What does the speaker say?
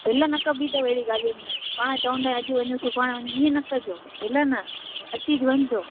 ढील न कॿी तव अहिड़ियूं ॻाल्हियुनि में पाण चवंदा आहियूं अॼु वञूं सुभाणे वञूं ईअं न कजो ढील न अची वञजो